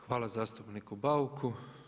Hvala zastupniku Bauku.